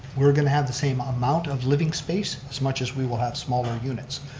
we're going to have the same ah amount of living space as much as we will have smaller units.